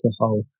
alcohol